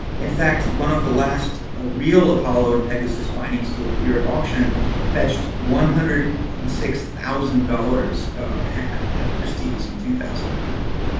in fact, one of the last ah real apollo and pegasus bindings to appear at auction fetched one hundred and six thousand dollars at christie's in two thousand and four.